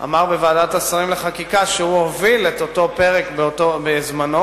אמר בוועדת השרים לחקיקה שהוא הוביל את אותו פרק בזמנו,